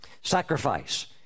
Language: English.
Sacrifice